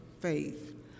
faith